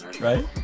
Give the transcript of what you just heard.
right